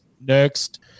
next